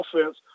offense